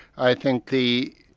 i think the